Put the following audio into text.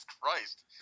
Christ